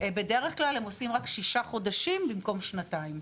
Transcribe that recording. בדרך כלל הם עושים רק שישה חודשים במקום שנתיים.